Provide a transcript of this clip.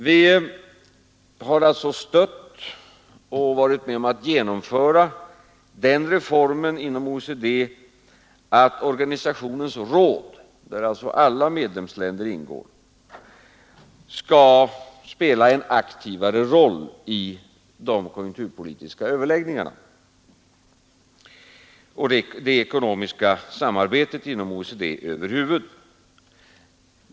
Vi har alltså stött och varit med om att genomföra den reformen inom OECD, att organisationens råd, där alla medlemsländer ingår, skall spela en aktivare roll i de konjunkturpolitiska överläggningarna och i det ekonomiska samarbetet inom OECD över huvud.